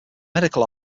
medical